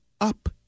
up